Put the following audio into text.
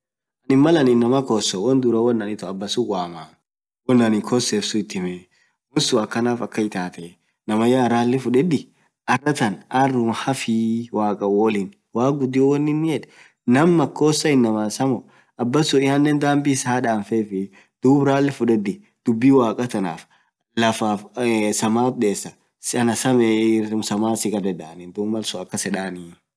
malaanin inamaa koseee woan duraa taanin itoo abaasun waamaa, woan aninn kosee suun ithimaa, woan suun akanaaf akaan itaatee, namaayaa ralee fudedii aruuma haffiiwaagaan wooliin, anumaa .waagiin woonin eed naam makosaaa namaa samoo anenn dambii issa danfeefii duub ralee fudedii duubii wagaa tanaaf waaqaaf saamaat ,desaa anumaa sameii, msamahaa sikadedaa, duub malsuun akaas eddanii.